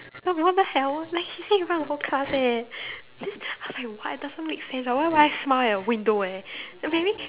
no what the hell like she say in front of the whole class eh then I was like what it doesn't make sense why would I smile at a window eh okay maybe